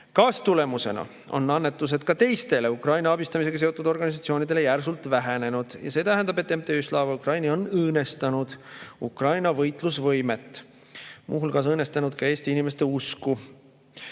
Kaastulemusena on annetused ka teistele Ukraina abistamisega seotud organisatsioonidele järsult vähenenud. See tähendab, et MTÜ Slava Ukraini on õõnestanud Ukraina võitlusvõimet ja muu hulgas on õõnestanud ka Eesti inimeste usku